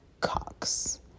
Cox